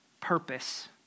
purpose